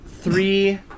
three